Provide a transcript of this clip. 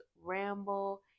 ramble